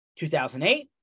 2008